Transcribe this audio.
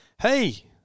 hey